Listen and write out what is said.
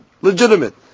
legitimate